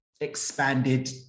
expanded